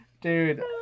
dude